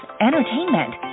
entertainment